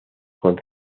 con